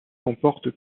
comporte